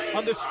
on the